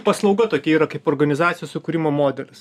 paslauga tokia yra kaip organizacijos sukūrimo modelis